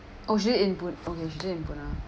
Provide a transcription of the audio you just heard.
oh she lived in pu~ okay she lived in poona